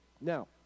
Now